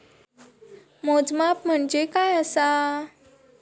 मोजमाप म्हणजे काय असा?